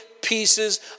pieces